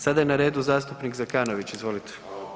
Sada je na redu zastupnik Zekanović, izvolite.